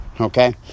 Okay